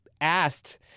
asked